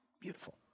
Beautiful